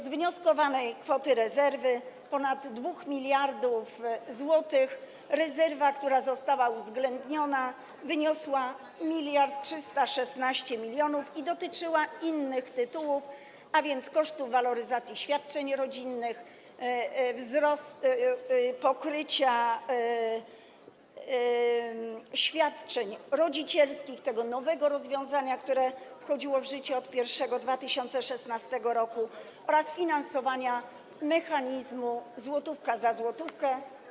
Z wnioskowanej kwoty rezerwy ponad 2 mld zł rezerwa, która została uwzględniona, wyniosła 1316 mln i dotyczyła innych tytułów, a więc kosztów waloryzacji świadczeń rodzinnych, pokrycia świadczeń rodzicielskich, tego nowego rozwiązania, które wchodziło w życie od pierwszego 2016 r., oraz finansowania mechanizmu złotówka za złotówkę.